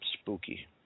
spooky